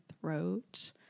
throat